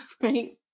right